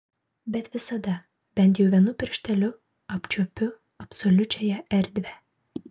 bet visada bent jau vienu piršteliu apčiuopiu absoliučiąją erdvę